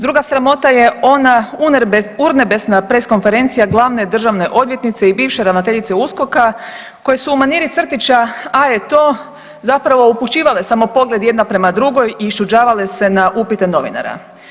Druga sramota je ona urnebesna press konferencija glavne državne odvjetnice i bivše ravnateljice USKOK-a koje su u maniri crtića „A je to!“ zapravo upućivale samo pogled jedna prema drugoj i iščuđavale se na upite novinara.